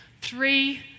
three